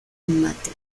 combate